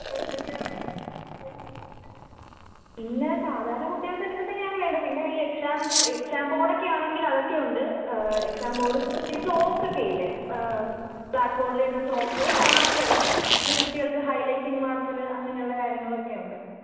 പിന്നെ സാധാരണ കുട്ടികള്ക്ക് ഇതൊക്കെത്തന്നെയാണ് വേണ്ടത് പിന്നെ ഈ എക്സാം എക്സാം ബോഡക്കെ ആണെങ്കിൽ അതൊക്കെ ഉണ്ട് എക്സാം ബോഡും പിന്നെ ചോക്ക് ഒക്കെ ഇല്ലേ ബ്ലാക്ക് ബോഡിൽ എഴുതുന്ന ചോക്ക് മാര്ക്കറ് പിന്നെ കുട്ടികള്ക്ക് ഹൈലൈറ്റിങ് മാര്ക്കറ് അങ്ങനെയുള്ള കാര്യങ്ങളുമൊക്കെ ഉണ്ട്